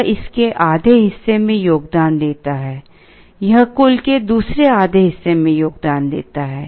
यह इसके आधे हिस्से में योगदान देता है यह कुल के दूसरे आधे हिस्से में योगदान देता है